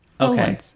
Okay